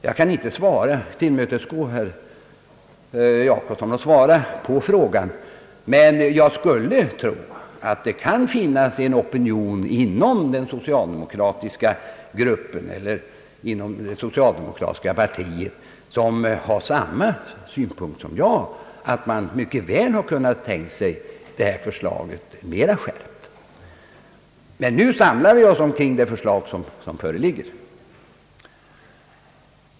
Jag kan inte tillmötesgå herr Jacobsson och svara på den frågan, men jag skulle tro att det kan finnas en opinion inom socialdemokratiska partiet som har samma synpunkt som jag, nämligen att man mycket väl kunnat tänka sig ett mera skärpt förslag. Nu samlar vi oss emellertid omkring det förslag som före ligger.